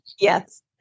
Yes